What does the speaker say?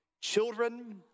Children